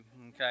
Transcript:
okay